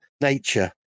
nature